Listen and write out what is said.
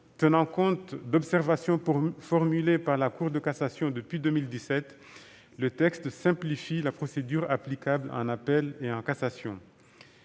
en compte des observations formulées par la Cour de cassation depuis 2017, le texte simplifie la procédure applicable en appel et en cassation.